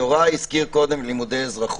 יוראי הזכיר קודם לימודי אזרחות.